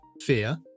Fear